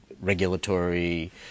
regulatory